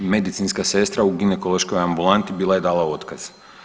Medicinska sestra u ginekološkoj ambulanti bila je dala otkaz.